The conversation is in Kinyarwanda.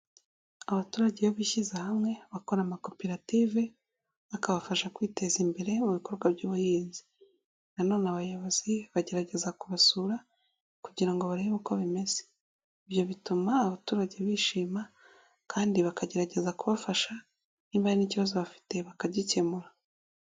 Abaturage iyo bishyize hamwe bakora amakoperative akabafasha kwiteza imbere mu bikorwa by'ubuhinzi, nanone abayobozi bagerageza kubasura kugira ngo barebe uko bimeze, ibyo bituma abaturage bishima kandi bakagerageza kubafasha niba hari n'ikibazo bafite bakagikemura.